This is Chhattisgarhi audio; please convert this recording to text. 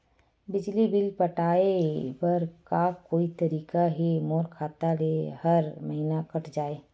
बिजली बिल पटाय बर का कोई तरीका हे मोर खाता ले हर महीना कट जाय?